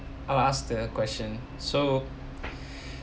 I'll ask the question so